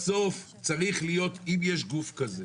אני אומר בסוף צריך להיות, אם יש גוף כזה